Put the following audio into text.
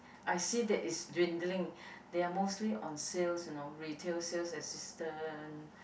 I see that it's dwindling there're mostly on sales you know retail sales assistant